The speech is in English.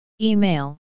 email